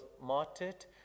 martyred